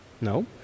no